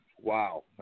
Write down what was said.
wow